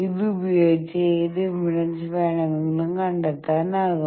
ഇത് ഉപയോഗിച്ച് ഏത് ഇംപെഡൻസ് വേണമെങ്കിലും കണ്ടെത്താനാകും